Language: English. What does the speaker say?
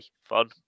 Fun